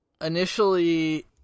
initially